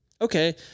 okay